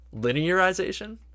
linearization